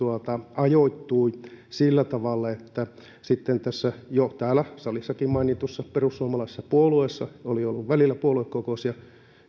ajoittui sillä tavalla että sitten tässä jo täällä salissakin mainitussa perussuomalaisessa puolueessa oli ollut välillä puoluekokous